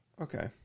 Okay